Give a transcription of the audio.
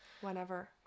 Whenever